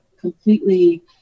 completely